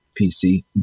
PC